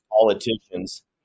politicians